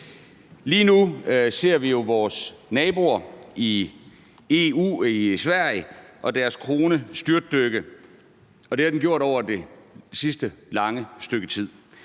Lige nu ser vi jo kronen i Sverige, vores nabo i EU, styrtdykke, og det har den gjort over det sidste lange stykke tid.